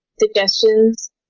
suggestions